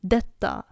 Detta